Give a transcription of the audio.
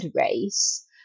race